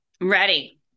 ready